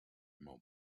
moment